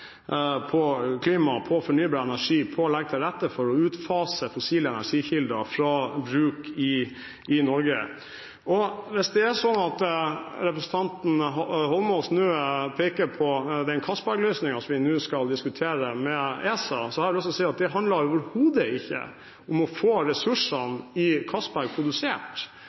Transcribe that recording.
på klima og fornybar energi, og som legger til rette for å utfase bruken av fossile energikilder i Norge. Hvis representanten Eidsvoll Holmås nå peker på Castberg-løsningen, som vi skal diskutere med ESA, handler det overhodet ikke om å få ressursene på Castberg-feltet produsert.